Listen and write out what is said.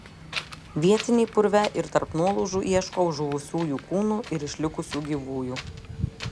vietiniai purve ir tarp nuolaužų ieško žuvusiųjų kūnų ir išlikusių gyvųjų